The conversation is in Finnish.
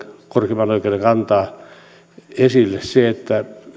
korkeimman oikeuden myöhempää kantaa ottaa esille se että